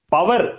Power